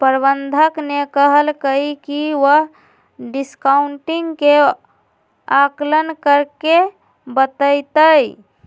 प्रबंधक ने कहल कई की वह डिस्काउंटिंग के आंकलन करके बतय तय